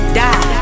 die